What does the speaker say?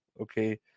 okay